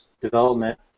development